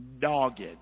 Dogged